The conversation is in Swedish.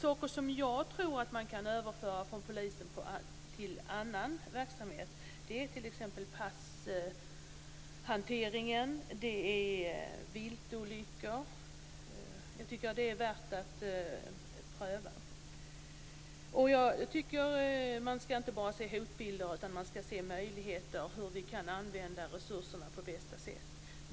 Saker som jag tror att man kan överföra från polisen till andra verksamheter är t.ex. passhanteringen och hanteringen av viltolyckorna. Det är värt att pröva. Man skall inte bara se hotbilder, utan man skall se möjligheter när det gäller hur vi kan använda resurserna på bästa sätt.